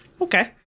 okay